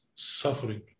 suffering